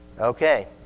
Okay